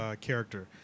character